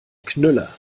knüller